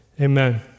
amen